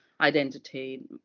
identity